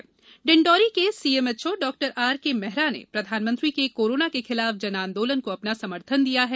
जन आंदोलन डिंडौरी के CMHO Dr R K Mehra ने प्रधानमंत्री के कोरोना के खिलाफ जनआंदोलन को अपना समर्थन दिया है